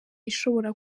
ishobora